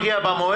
בוקר טוב.